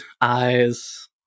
eyes